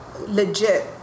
legit